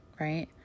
right